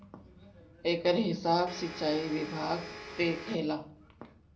एकर हिसाब सिंचाई विभाग देखेला